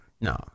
no